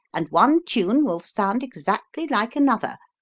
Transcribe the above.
and one tune will sound exactly like another.